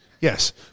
Yes